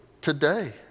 today